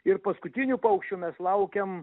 ir paskutinių paukščių mes laukiam